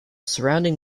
surrounding